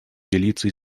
делиться